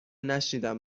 نشنیدم